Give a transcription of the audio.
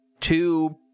Two